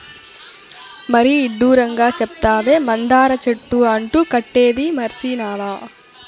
మరీ ఇడ్డూరంగా సెప్తావే, మందార చెట్టు అంటు కట్టేదీ మర్సినావా